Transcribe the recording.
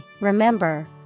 remember